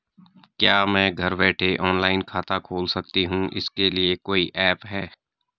क्या मैं घर बैठे ऑनलाइन खाता खोल सकती हूँ इसके लिए कोई ऐप है?